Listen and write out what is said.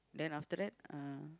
then after that uh